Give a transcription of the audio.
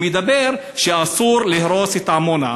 הוא אומר שאסור להרוס את עמונה,